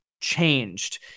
changed